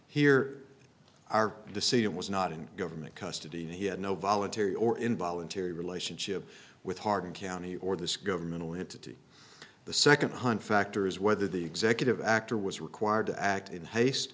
here are the see it was not in government custody and he had no voluntary or involuntary relationship with hardin county or this governmental entity the second hunt factor is whether the executive actor was required to act in haste